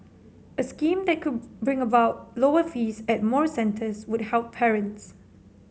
a scheme that could bring about lower fees at more centres would help parents